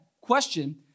question